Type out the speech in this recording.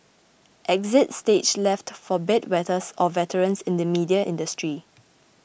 exit stage left for bed wetters or veterans in the media industry